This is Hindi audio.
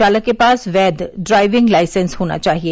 चालक के पास वैध ड्राइविंग लाइसेंस होना चाहिए